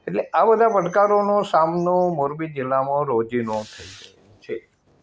એટલે આ બધા પડકારોનો સામનો મોરબી જિલ્લામાં રોજનો છે